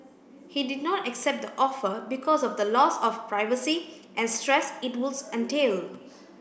he did not accept the offer because of the loss of privacy and stress it would entail